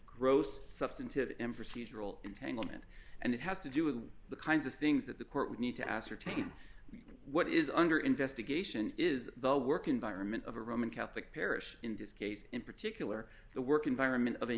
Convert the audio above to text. gross substantive and procedural entanglement and it has to do with the kinds of things that the court would need to ascertain what is under investigation is the work environment of a roman catholic parish in this case in particular the work environment of a